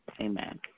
Amen